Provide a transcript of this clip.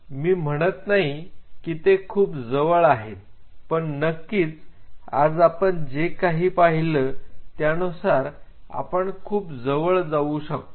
मी म्हणत नाही की ते खूप जवळ आहेत पण नक्कीच आज आपण जे काही पाहिलं त्यानुसार आपण खूप जवळ जाऊ शकतो